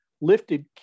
lifted